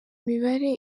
mibare